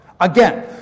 Again